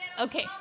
Okay